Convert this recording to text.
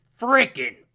freaking